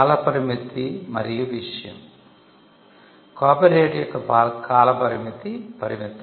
కాల పరిమితి మరియు విషయం కాపీరైట్ యొక్క కాలపరిమితి పరిమితo